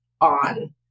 on